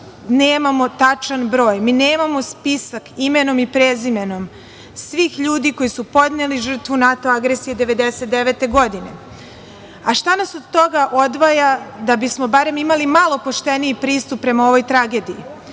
nemamo tačan broj. Mi nemamo spisak imenom i prezimenom svih ljudi koji su podneli žrtvu NATO agresije 1999. godine. Šta nas od toga odvaja da bismo imali barem malo pošteniji pristup prema ovoj tragediji?